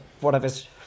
whatever's